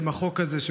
החוק הזה,